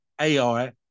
AI